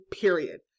period